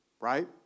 right